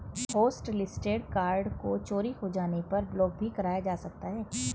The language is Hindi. होस्टलिस्टेड कार्ड को चोरी हो जाने पर ब्लॉक भी कराया जा सकता है